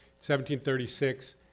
1736